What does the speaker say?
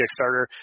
Kickstarter